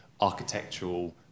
architectural